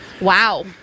Wow